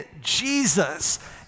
Jesus